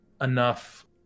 enough